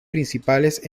principales